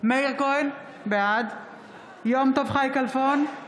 מאיר כהן, בעד יום טוב חי כלפון,